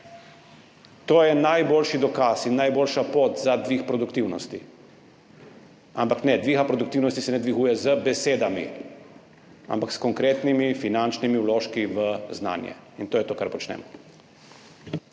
To je najboljši dokaz in najboljša pot za dvig produktivnosti. Ampak ne, dviga produktivnosti se ne dviguje z besedami, ampak s konkretnimi finančnimi vložki v znanje. To je to, kar počnemo.